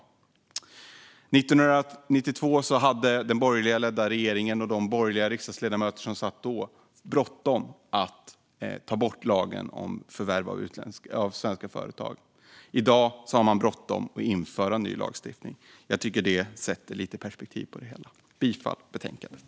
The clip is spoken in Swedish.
År 1992 hade den borgerligt ledda regeringen och de dåvarande borgerliga riksdagsledamöterna bråttom att ta bort lagen om förvärv av svenska företag. I dag har man bråttom att införa ny lagstiftning. Det ger lite perspektiv på det hela, tycker jag. Jag yrkar bifall till förslaget.